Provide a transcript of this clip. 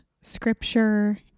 scripture